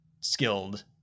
skilled